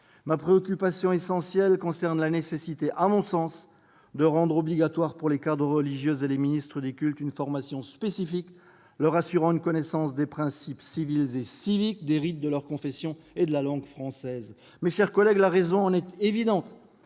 Ma préoccupation essentielle concerne la nécessité de rendre obligatoire pour les cadres religieux et les ministres des cultes une formation spécifique leur assurant une connaissance des principes civils et civiques, des rites de leur confession et de la langue française. Mes chers collègues, la raison en est évidente